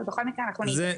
ובכל מקרה אנחנו נתייחס.